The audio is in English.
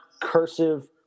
cursive